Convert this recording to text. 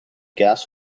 gas